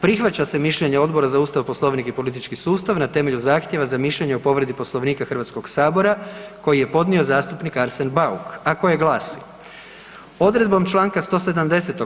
Prihvaća se mišljenje Odbora za Ustav, Poslovnik i politički sustav na temelju zahtjeva za mišljenje o povredi Poslovnika Hrvatskog sabora koji je podnio zastupnik Arsen Bauk a koji glasi: Odredbom čl. 170.